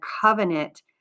covenant